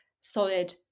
solid